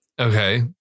Okay